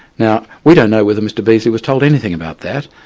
now we don't know whether mr beazley was told anything about that.